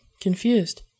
confused